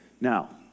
Now